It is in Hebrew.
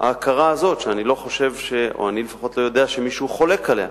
ההכרה הזאת, שאני לפחות לא יודע שמישהו חולק עליה.